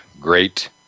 great